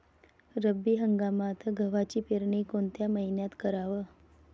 रब्बी हंगामात गव्हाची पेरनी कोनत्या मईन्यात कराव?